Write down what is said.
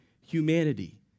humanity